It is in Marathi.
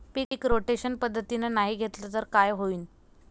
पीक रोटेशन पद्धतीनं नाही घेतलं तर काय होईन?